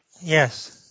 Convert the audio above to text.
Yes